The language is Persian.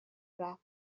رفت